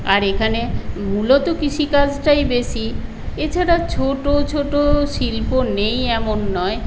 আর এখানে মূলত কৃষিকাজটাই বেশি এছাড়া ছোট ছোট শিল্প নেই এমন নয়